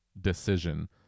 decision